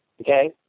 Okay